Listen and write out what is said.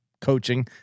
coaching